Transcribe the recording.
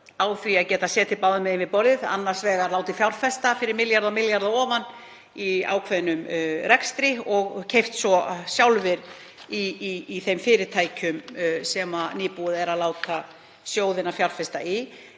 á því að geta setið báðum megin við borðið, hafa látið fjárfesta fyrir milljarða á milljarða ofan í ákveðnum rekstri, og keypt svo sjálfir í þeim fyrirtækjum sem nýbúið er að láta sjóðina fjárfesta í.